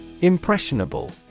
Impressionable